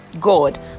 god